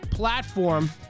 Platform